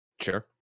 Sure